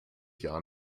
jahr